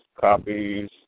copies